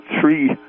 three